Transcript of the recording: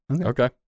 Okay